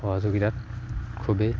সহযোগিতাত খুবেই